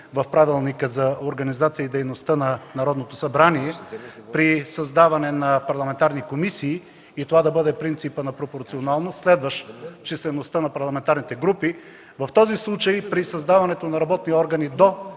в Правилника за организацията и дейността на Народното събрание при създаване на парламентарни комисии и това да бъде принципът на пропорционалност, следващ числеността на парламентарните групи, в този случай при създаването на работни органи до